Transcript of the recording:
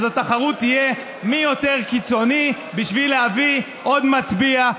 אז התחרות תהיה מי יותר קיצוני בשביל להביא עוד מצביע,